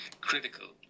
critical